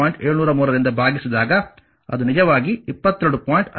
703 ರಿಂದ ಭಾಗಿಸಿದಾಗ ಅದು ನಿಜವಾಗಿ 22